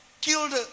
killed